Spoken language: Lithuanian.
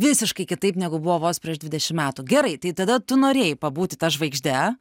visiškai kitaip negu buvo vos prieš dvidešim metų gerai tai tada tu norėjai pabūti ta žvaigžde